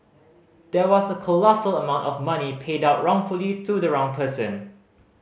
there was a colossal amount of money paid out wrongfully to the wrong person